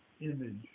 image